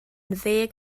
ddeg